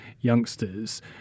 youngsters